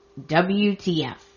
WTF